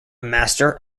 master